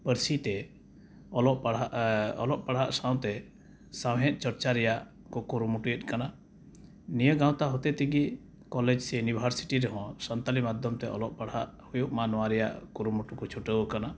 ᱯᱟᱹᱨᱥᱤᱛᱮ ᱚᱞᱚᱜ ᱯᱟᱲᱦᱟᱜ ᱚᱞᱚᱜ ᱯᱟᱲᱦᱟᱜ ᱥᱟᱶᱛᱮ ᱥᱟᱶᱦᱮᱫᱽ ᱪᱚᱨᱪᱟ ᱨᱮᱭᱟᱜᱠᱚ ᱠᱩᱨᱩᱢᱩᱴᱩᱭᱮᱫ ᱠᱟᱱᱟ ᱱᱤᱭᱟᱹ ᱜᱟᱶᱛᱟ ᱦᱚᱛᱮ ᱛᱮᱜᱮ ᱠᱚᱞᱮᱡᱽ ᱥᱮ ᱤᱭᱩᱱᱤᱵᱷᱟᱨᱥᱤᱴᱤ ᱨᱮᱦᱚᱸ ᱥᱟᱱᱛᱟᱲᱤ ᱢᱟᱫᱽᱫᱷᱚᱢᱛᱮ ᱚᱞᱚᱜ ᱯᱟᱲᱦᱟᱜ ᱦᱩᱭᱩᱜ ᱢᱟ ᱱᱚᱣᱟ ᱨᱮᱭᱟᱜ ᱠᱩᱨᱩᱢᱩᱴᱩᱠᱚ ᱪᱷᱩᱴᱟᱹᱣ ᱠᱟᱱᱟ